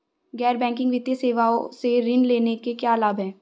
गैर बैंकिंग वित्तीय सेवाओं से ऋण लेने के क्या लाभ हैं?